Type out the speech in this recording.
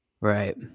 Right